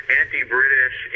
anti-british